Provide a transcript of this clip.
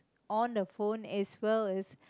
on the phone as well as